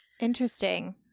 interesting